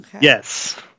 Yes